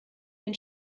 den